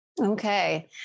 Okay